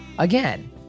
Again